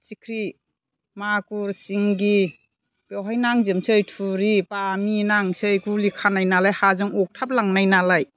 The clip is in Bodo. फिथिख्रि मागुर सिंगि बेवहाय नांजोबनोसै थुरि बामि नांनोसै गुलि खानाय नालाय हाजों अरथाबलांनाय नालाय